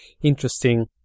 interesting